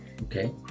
Okay